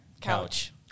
Couch